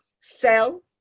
sell